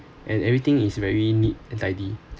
and everything is very neat and tidy